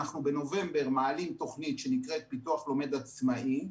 אנחנו בנובמבר תוכנית שנקראת "פיתוח לומד עצמאי",